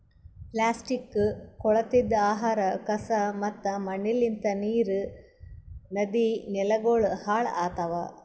plastic, ಕೊಳತಿದ್ ಆಹಾರ, ಕಸಾ ಮತ್ತ ಮಣ್ಣಲಿಂತ್ ನೀರ್, ನದಿ, ನೆಲಗೊಳ್ ಹಾಳ್ ಆತವ್